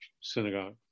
Synagogue